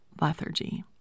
lethargy